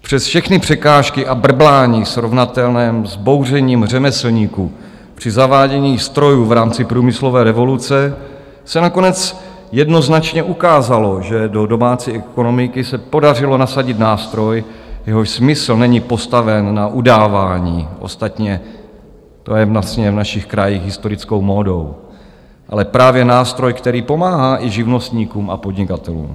Přes všechny překážky a brblání srovnatelné se vzbouřením řemeslníků při zavádění strojů v rámci průmyslové revoluce se nakonec jednoznačně ukázalo, že do domácí ekonomiky se podařilo nasadit nástroj, jehož smysl není postaven na udávání, ostatně to je vlastně v našich krajích historickou módou, ale právě nástroj, který pomáhá i živnostníkům a podnikatelům.